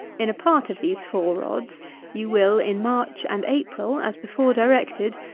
in a part of these four rods you will, in march and april, as before directed,